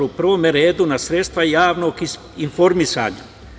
U prvom redu na sredstva javnog informisanja.